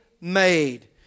made